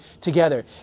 together